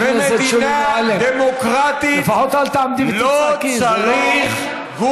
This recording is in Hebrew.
במדינה דמוקרטית לא צריך,